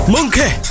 Monkey